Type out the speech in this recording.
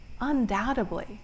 Undoubtedly